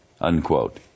unquote